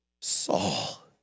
Saul